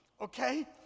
Okay